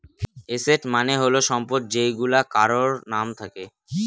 asset মানে হল সম্পদ যেইগুলা কারোর নাম থাকে